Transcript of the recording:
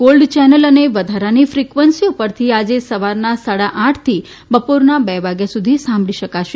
gold channel અને વધારાની ફ્રિકવન્સીઓ પરથી આજે સવારના સાડા આઠ થી બપોરના બે વાગ્યા સુધી સાંભળી શકાશે